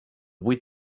buit